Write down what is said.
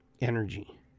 energy